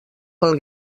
pel